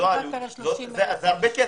זה הרבה כסף.